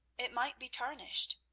it might be tarnished.